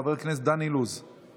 חבר הכנסת דן אילוז מוותר,